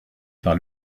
par